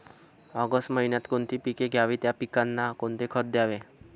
August महिन्यात कोणती पिके घ्यावीत? या पिकांना कोणते खत द्यावे?